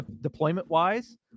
deployment-wise